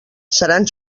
seran